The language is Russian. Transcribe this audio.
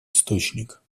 источник